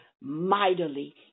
mightily